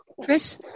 Chris